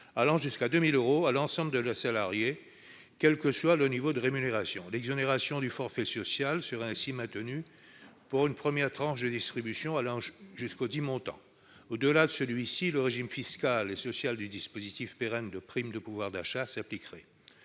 allant jusqu'à 2 000 euros, à l'ensemble de leurs salariés, quel que soit leur niveau de rémunération. L'exonération du forfait social serait ainsi maintenue pour une première tranche de distribution allant jusqu'à 2 000 euros. Au-delà, le régime fiscal et social du dispositif pérenne de prime de pouvoir d'achat s'appliquerait.